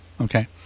okay